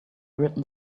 written